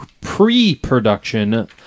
pre-production